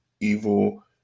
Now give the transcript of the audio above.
evil